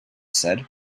said